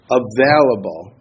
available